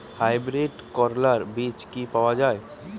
Hybrid করলার বীজ কি পাওয়া যায়?